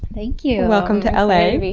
thank you! welcome to l a.